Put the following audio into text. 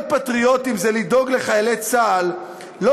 להיות פטריוטים זה לדאוג לחיילי צה"ל לא